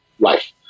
life